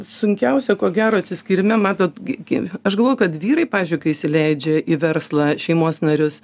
sunkiausia ko gero atsiskyrime matot gi aš galvoju kad vyrai pavyzdžiui kai įsileidžia į verslą šeimos narius